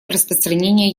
распространения